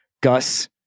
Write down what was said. Gus